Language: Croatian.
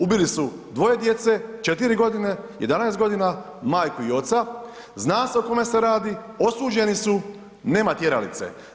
Ubili su dvoje djece, 4 godine, 11 godina, majku i oca, zna se o kome se radi, osuđeni su, nema tjeralice.